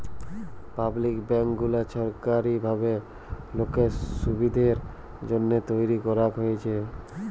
public bank গুলা সরকারি ভাবে লোকের সুবিধের জন্যহে তৈরী করাক হয়েছে